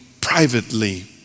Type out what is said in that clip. privately